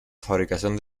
fabricación